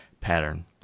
pattern